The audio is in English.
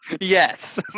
Yes